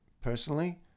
personally